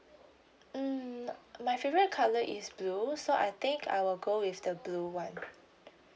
mm my favourite colour is blue so I think I will go with the blue [one]